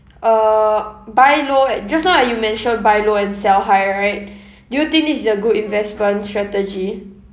uh buy low right just now that you mentioned buy low and sell high right do you think this is a good investment strategy